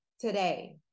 today